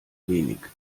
wenig